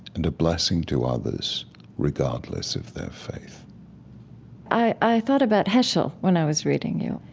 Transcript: and a blessing to others regardless of their faith i thought about heschel when i was reading you,